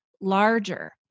larger